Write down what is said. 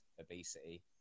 obesity